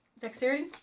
Dexterity